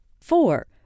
four